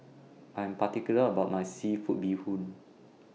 I Am particular about My Seafood Bee Hoon